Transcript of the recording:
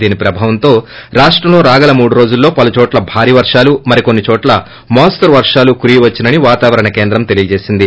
దీని ప్రభావంతో రాష్టంలో రాగల మూడు రోజుల్లో పలు చోట్ల భారీ వర్షాలు మరికొన్ని చోట్ల మోస్తరు వర్షాలు కురవొచ్చని వాతావరణ కేంద్రం తెలిపింది